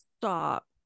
Stop